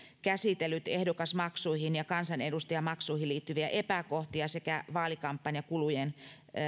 käsitellyt ehdokasmaksuihin ja kansanedustajamaksuihin liittyviä epäkohtia sekä vaalikampanjakulujen